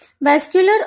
Vascular